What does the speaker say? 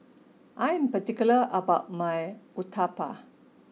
I am particular about my Uthapam